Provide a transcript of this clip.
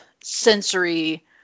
sensory